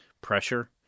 pressure